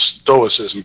stoicism